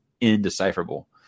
indecipherable